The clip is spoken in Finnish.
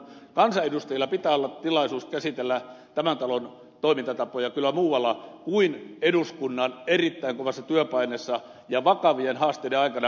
kansanedustajilla pitää olla tilaisuus käsitellä tämän talon toimintatapoja kyllä muualla kuin eduskunnan erittäin kovassa työpaineessa ja vakavien haasteiden aikana